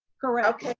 correct.